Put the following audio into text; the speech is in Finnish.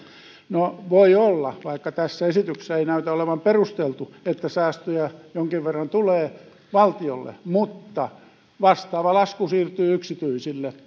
no voi olla vaikka tässä esityksessä ei näytä olevan perusteltu että säästöjä jonkin verran tulee valtiolle mutta vastaava lasku siirtyy suurelta osin yksityisille